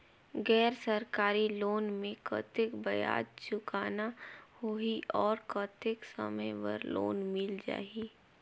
गैर सरकारी लोन मे कतेक ब्याज चुकाना होही और कतेक समय बर लोन मिल जाहि?